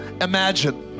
imagine